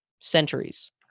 centuries